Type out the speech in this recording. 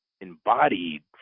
embodied